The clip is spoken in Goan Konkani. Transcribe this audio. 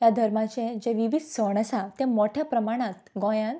ह्या धर्माचे जे विवीध सण आसा ते मोट्या प्रमाणांत गोंयांत